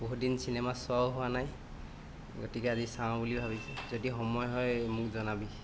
বহুত দিন চিনেমা চোৱাও হোৱা নাই গতিকে আজি চাওঁ বুলি ভাবিছোঁ যদি সময় হয় মোক জনাবি